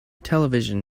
television